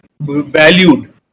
valued